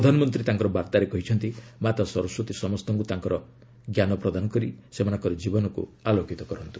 ପ୍ରଧାନମନ୍ତ୍ରୀ ତାଙ୍କର ବାର୍ତ୍ତାରେ କହିଛନ୍ତି ମାତା ସରସ୍ୱତୀ ସମସ୍ତଙ୍କୁ ତାଙ୍କର ଞ୍ଜାନ ପ୍ରଦାନ କରି ସେମାନଙ୍କ ଜୀବନକୁ ଆଲୋକିତ କରନ୍ତୁ